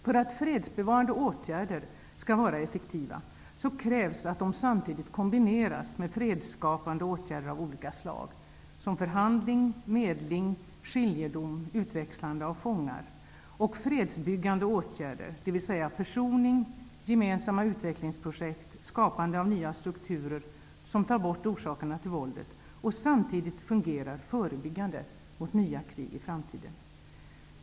För att fredsbevarande åtgärder skall vara effektiva krävs det att de samtidigt kombineras med fredsskapande åtgärder av olika slag, t.ex. föhandling, medling, skiljedom, utväxlande av fångar och fredsbyggande åtgärder, dvs. försoning, gemensamma utvecklingsprojekt samt skapande av nya strukturer som tar bort orsakerna till våldet och samtidigt fungerar förebyggande mot nya krig i framtiden.